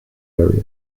area